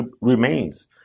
remains